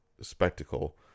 spectacle